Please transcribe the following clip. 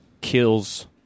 kills